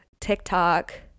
TikTok